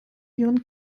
ihren